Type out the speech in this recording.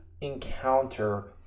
encounter